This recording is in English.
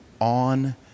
on